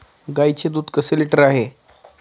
गाईचे दूध कसे लिटर आहे?